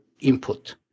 input